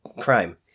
crime